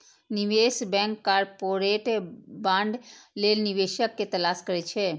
निवेश bank corporate bond लेल निवेशक के तलाश करै छै